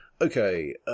Okay